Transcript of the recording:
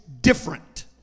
different